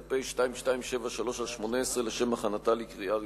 2010, פ/2273/18, לשם הכנתה לקריאה ראשונה.